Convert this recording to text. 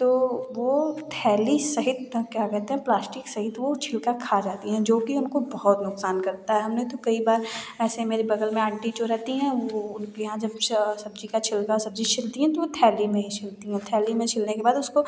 तो वह थैली सहित का क्या कहते हैं प्लास्टिक सहित वह छिलका खा जाती हैं जो कि उनको बहुत नुकसान करता है हमने तो कई बार ऐसे मेरे बगल में आंटी जो रहती हैं वह उनके यहाँ जब सब्ज़ी का छिलका सब्ज़ी छिलती हैं तो वह थैली में ही छिलती हैं थैली में छिलने के बाद उसको